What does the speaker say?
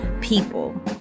people